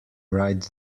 right